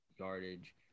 yardage